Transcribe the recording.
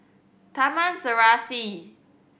Taman Serasi